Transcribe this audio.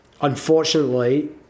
Unfortunately